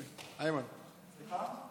סליחה, סליחה.